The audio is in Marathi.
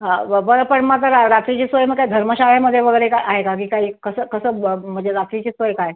हा ब बरं पण मग आता रा रात्रीची सोय मग काय धर्मशाळेमध्ये वगैरे का आहे का की काही कसं कसं ब म्हणजे रात्रीची सोय काय